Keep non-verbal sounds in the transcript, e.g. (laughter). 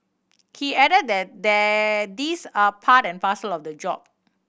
he added that (noise) these are part and parcel of the job